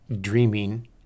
dreaming